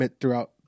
throughout